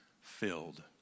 filled